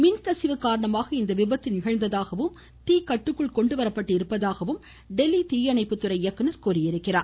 மின்கசிவு காரணமாக இவ்விபத்து நிகழ்ந்ததாகவும் தீ கட்டுக்குள் கொண்டுவரப்பட்டுள்ளதாகவும் டெல்லி தீயணைப்பு துறை இயக்குனர் தெரிவித்தார்